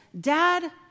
Dad